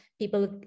People